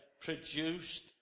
produced